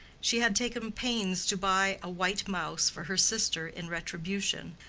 she had taken pains to buy a white mouse for her sister in retribution,